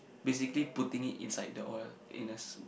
basically putting it inside the oil in a s~